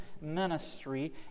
ministry